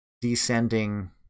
descending